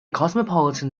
cosmopolitan